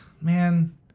man